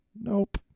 nope